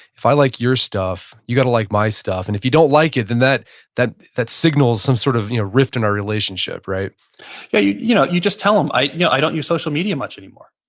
if i like your stuff, you've got to like my stuff. and if you don't like it, then that that that signals some sort of rift in our relationship yeah you you know you just tell them, i yeah i don't use social media much anymore.